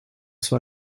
sua